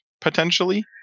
potentially